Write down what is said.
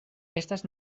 estas